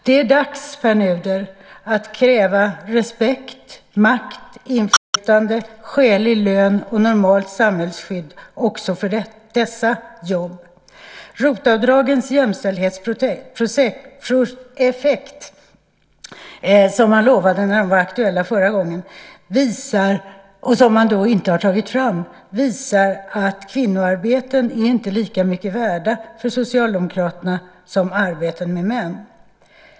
Det är dags, Pär Nuder, att kräva respekt, makt, inflytande, skälig lön och normalt samhällsskydd också för dessa jobb. ROT-avdragens jämställdhetseffekt, som man lovade när de var aktuella förra gången och som man inte har tagit fram, visar att kvinnoarbeten inte är lika mycket värda för Socialdemokraterna som arbeten med män.